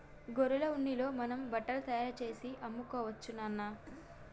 గొర్రెల ఉన్నితో మనం బట్టలు తయారుచేసి అమ్ముకోవచ్చు నాన్న